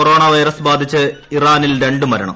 corona virus ബാധിച്ച് ഇറാനിൽ രണ്ട് മരണം